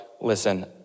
listen